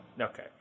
Okay